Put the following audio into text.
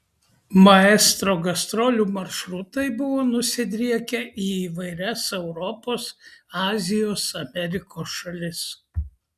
maestro gastrolių maršrutai buvo nusidriekę į įvairias europos azijos amerikos šalis